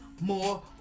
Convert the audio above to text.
more